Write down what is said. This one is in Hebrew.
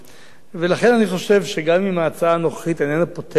אני חושב שגם אם ההצעה הנוכחית איננה פותרת את העניין כולו,